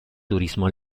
turismo